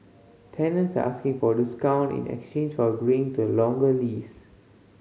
tenants are asking for discount in exchange for agreeing to a longer leases